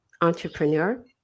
Entrepreneur